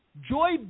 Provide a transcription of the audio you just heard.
Joy